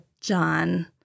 john